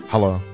Hello